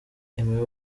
aimé